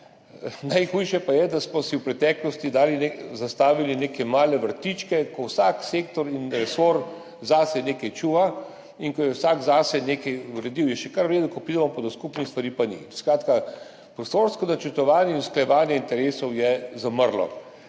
najhujše pa je, da smo si v preteklosti zastavili neke male vrtičke, ko vsak sektor in resor zase nekaj čuva in ko je vsak zase nekaj uredil, je še kar v redu, ko pridemo pa do skupnih stvari, pa ni. Skratka, prostorsko načrtovanje in usklajevanje interesov je zamrlo.